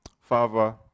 Father